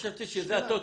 חשבתי שזה הטוטו.